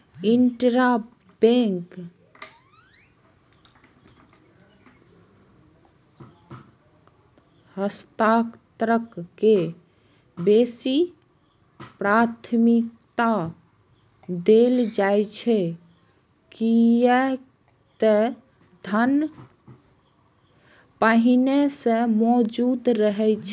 intrabank हस्तांतरण के बेसी प्राथमिकता देल जाइ छै, कियै ते धन पहिनहि सं मौजूद रहै छै